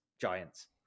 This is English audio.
Giants